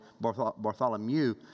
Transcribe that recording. Bartholomew